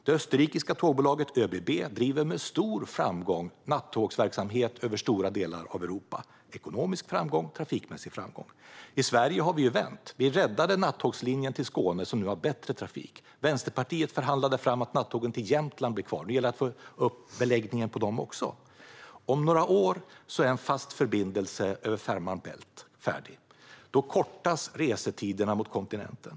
Det österrikiska tågbolaget ÖBB driver med stor ekonomisk och trafikmässig framgång nattågsverksamhet över stora delar av Europa. I Sverige har det också vänt. Vi räddade nattågslinjen till Skåne, som nu har bättre trafik. Vänsterpartiet förhandlade fram att nattågen till Jämtland blir kvar, och det gäller att få upp beläggningen på dem också. Om några år är en fast förbindelse över Fehmarn Bält färdig. Då kortas restiderna till kontinenten.